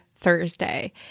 Thursday